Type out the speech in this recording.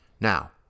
Now